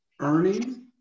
earning